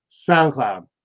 SoundCloud